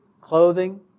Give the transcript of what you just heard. clothing